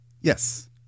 Yes